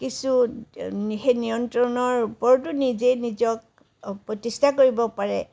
কিছু সেই নিয়ন্ত্ৰণৰ ওপৰতো নিজেই নিজক প্ৰতিষ্ঠা কৰিব পাৰে